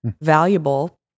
valuable